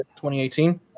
2018